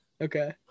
Okay